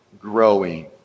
growing